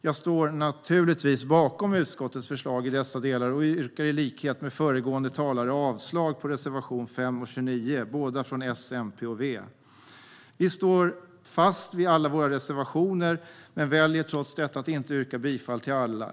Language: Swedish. Jag står naturligtvis bakom utskottets förslag i dessa delar. Jag yrkar i likhet med föregående talare avslag på reservationerna 5 och 29, båda från S, MP och V. Vi står fast vid alla våra reservationer, men jag väljer trots detta att inte yrka bifall till alla.